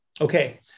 Okay